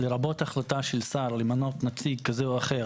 לרבות החלטה של שר למנות נציג כזה או אחר